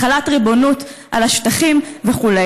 החלת ריבונות על השטחים וכו'.